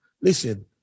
Listen